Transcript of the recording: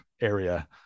area